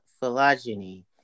phylogeny